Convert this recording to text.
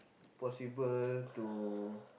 possible to